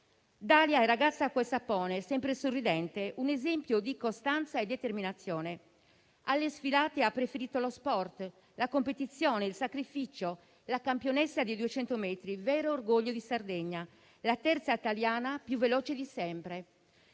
Dalia, una ragazza acqua e sapone, sempre sorridente, un esempio di costanza e determinazione, alle sfilate ha preferito lo sport, la competizione, il sacrificio; la campionessa dei 200 metri, vero orgoglio di Sardegna, la terza italiana più veloce di sempre.